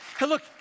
Look